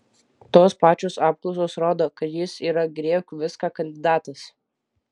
tos pačios apklausos rodo kad jis yra griebk viską kandidatas